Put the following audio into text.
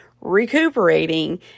Recuperating